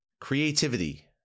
creativity